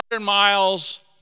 miles